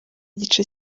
igice